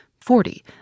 Forty